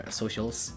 socials